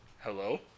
Hello